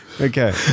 Okay